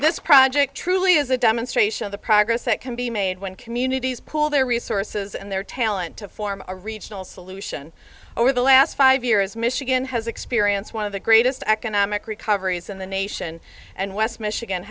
this project truly is a demonstration of the progress that can be made when communities pool their resources and their talent to form a regional solution over the last five years michigan has experienced one of the greatest economic recoveries in the nation and west michigan